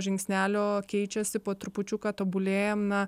žingsnelio keičiasi po trupučiuką tobulėjam na